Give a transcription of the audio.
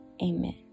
Amen